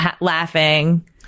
laughing